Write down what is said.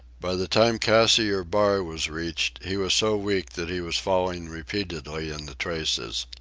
by the time cassiar bar was reached, he was so weak that he was falling repeatedly in the traces.